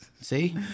see